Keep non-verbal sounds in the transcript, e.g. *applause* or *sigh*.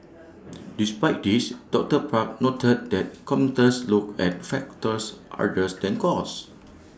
*noise* despite this doctor park noted that commuters look at factors others than cost *noise*